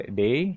day